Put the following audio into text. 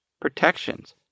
protections